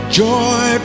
joy